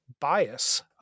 Bias